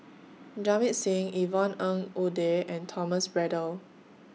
Jamit Singh Yvonne Ng Uhde and Thomas Braddell